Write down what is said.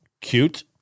cute